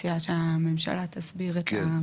" אני מציעה שהממשלה תסביר את זה.